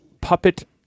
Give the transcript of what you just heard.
puppet